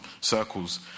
circles